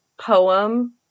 poem